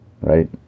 right